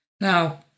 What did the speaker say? Now